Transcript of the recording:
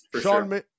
Sean